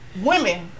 women